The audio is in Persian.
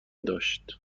داشت